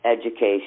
education